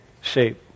shape